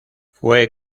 fue